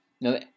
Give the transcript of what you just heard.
No